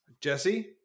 Jesse